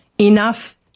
Enough